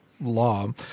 law